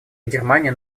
германия